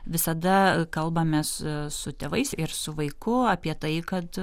visada kalbamės su tėvais ir su vaiku apie tai kad